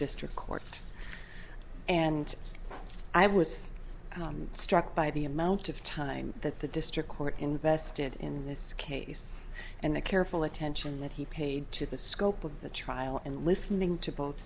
district court and i was struck by the amount of time that the district court invested in this case and the careful attention that he paid to the scope of the trial and listening to both